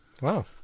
Wow